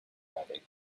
arabic